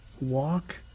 walk